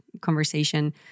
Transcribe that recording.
conversation